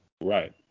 Right